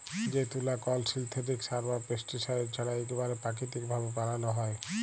যে তুলা কল সিল্থেটিক সার বা পেস্টিসাইড ছাড়া ইকবারে পাকিতিক ভাবে বালাল হ্যয়